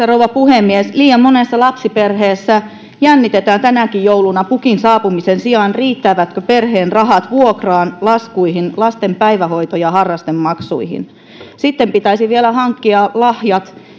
rouva puhemies liian monessa lapsiperheessä jännitetään tänäkin jouluna pukin saapumisen sijaan riittävätkö perheen rahat vuokraan laskuihin lasten päivähoito ja harrastemaksuihin sitten pitäisi vielä hankkia lahjat